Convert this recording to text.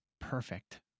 perfect